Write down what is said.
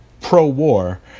pro-war